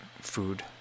Food